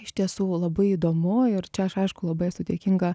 iš tiesų labai įdomu ir čia aš aišku labai esu dėkinga